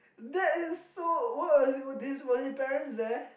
that is so what was it this what was your parents there